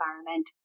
environment